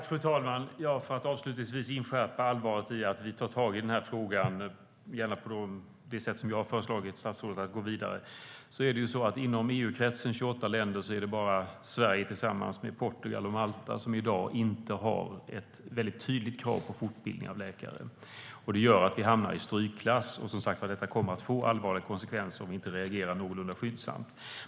Fru talman! Jag ska avslutningsvis inskärpa allvaret i att vi tar tag i den här frågan, gärna på det sätt som jag har föreslagit statsrådet. Inom EU-kretsen, 28 länder, är det bara Sverige tillsammans med Portugal och Malta som i dag inte har ett väldigt tydligt krav på fortbildning av läkare. Det gör att vi hamnar i strykklass. Det kommer, som sagt, att få allvarliga konsekvenser om vi inte reagerar någorlunda skyndsamt.